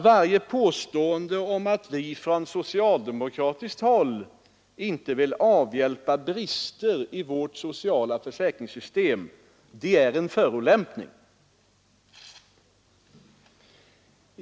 Varje påstående om att vi från socialdemokratiskt håll inte vill avhjälpa bristerna i det sociala försäkringssystemet är en förolämpning.